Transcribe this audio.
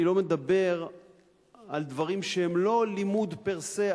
אני לא מדבר על דברים שהם לא לימוד פר-סה,